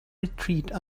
retreat